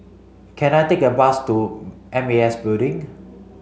can I take a bus to M A S Building